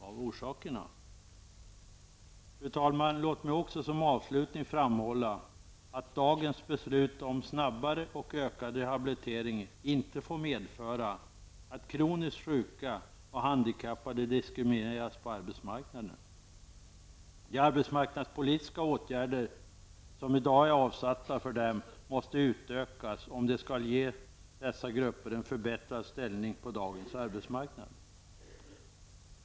Fru talman! Låt mig som avslutning också framhålla att dagens beslut om snabbare och ökad rehabilitering inte får medföra att kroniskt sjuka och handikappade diskrimineras på arbetsmarknaden. De arbetsmarknadspolitiska åtgärder som i dag är avsatta för dem måste utökas, om de skall ge dessa grupper en förbättrad ställning på dagens arbetsmarknad.